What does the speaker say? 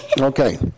Okay